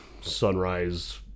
sunrise